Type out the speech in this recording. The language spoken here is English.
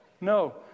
no